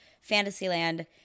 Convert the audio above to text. Fantasyland